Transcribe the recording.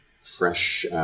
fresh